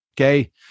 Okay